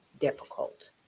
difficult